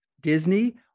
Disney